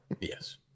yes